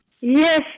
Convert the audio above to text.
Yes